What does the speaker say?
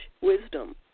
wisdom